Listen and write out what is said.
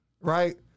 right